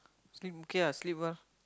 sleep okay ah sleep well